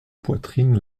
poitrine